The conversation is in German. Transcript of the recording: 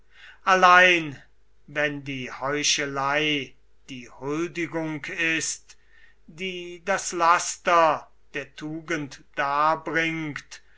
allein wenn die heuchelei die huldigung ist die das laster der tugend darbringt